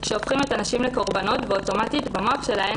שהופכים את הנשים לקורבנות ואוטומטית במוח שלהן